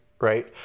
right